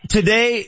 Today